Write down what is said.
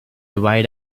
ride